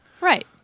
Right